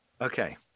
Okay